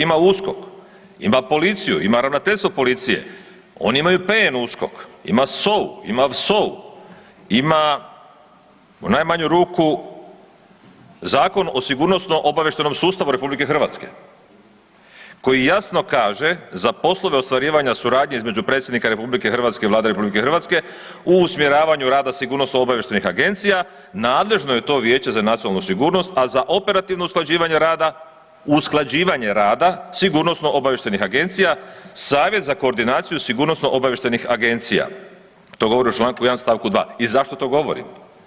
DORH ima USKOK, ima policiju, ima ravnateljsko policije, on imaju PNUSKOK, ima SOA-u, ima SOA-u, ima u najmanju ruku Zakon o sigurnosno obavještajnom sustavu RH koji jasno kaže za poslove ostvarivanja suradnje između predsjednika RH i Vlade RH u usmjeravanju rada sigurnosno obavještajnih agencija nadležno je to vijeće za nacionalnu sigurnost, a za operativno usklađivanje rada, usklađivanje rada sigurnosno obavještajnih agencija savjet za koordinaciju sigurnosno obavještajnih agencija, to govori u Članku 1. stavku 2. I zašto to govorim?